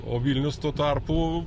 o vilnius tuo tarpu